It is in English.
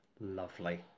Lovely